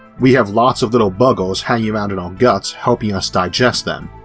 we have lots of little buggers hanging around in our guts helping us digest them.